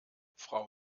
frau